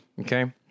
Okay